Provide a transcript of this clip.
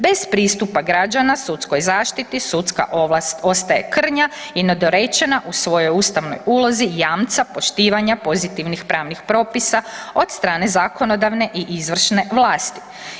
Bez pristupa građana sudskoj zaštiti sudska ovlast ostaje krnja i nedorečena u svojoj ustavnoj ulozi jamca poštivanja pozitivnih pravnih propisa od strane zakonodavne i izvršne vlasti.